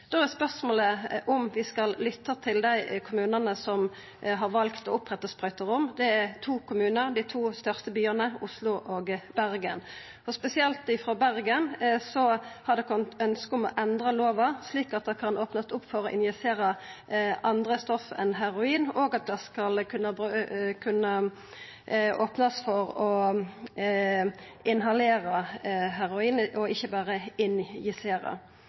Da er spørsmålet om vi skal lytta til dei kommunane som har valt å oppretta sprøyterom. Det er to kommunar, dei to største byane, Oslo og Bergen. Spesielt frå Bergen har det kome ønske om å endra lova slik at det kan opnast for å injisera andre stoff enn heroin, og at det skal kunna opnast for å